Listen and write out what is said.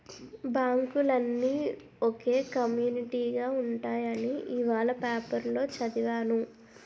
బాంకులన్నీ ఒకే కమ్యునీటిగా ఉంటాయని ఇవాల పేపరులో చదివాను